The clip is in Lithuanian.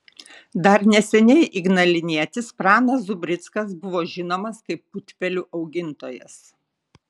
dar neseniai ignalinietis pranas zubrickas buvo žinomas kaip putpelių augintojas